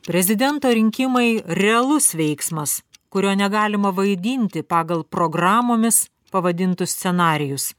prezidento rinkimai realus veiksmas kurio negalima vaidinti pagal programomis pavadintus scenarijus